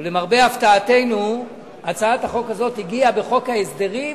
ולמרבה הפתעתנו הצעת החוק הזאת הגיעה בחוק ההסדרים